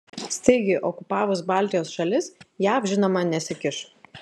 staigiai okupavus baltijos šalis jav žinoma nesikiš